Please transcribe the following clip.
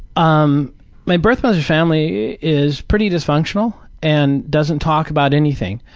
um my birth mother's family is pretty dysfunctional and doesn't talk about anything.